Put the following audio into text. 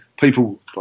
people